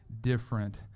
different